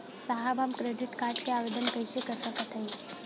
साहब हम credit card क आवेदन कइसे कर सकत हई?